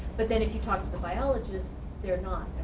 but then if you talk to the biologists, they're and